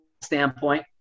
standpoint